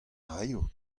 raio